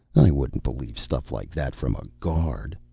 i wouldn't believe stuff like that from a guard.